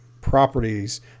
properties